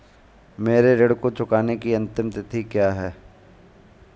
मेरे ऋण को चुकाने की अंतिम तिथि क्या है?